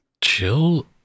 chill